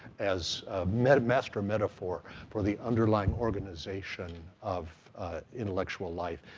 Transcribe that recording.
as master metaphor for the underlying organization of intellectual life,